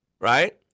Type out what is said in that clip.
Right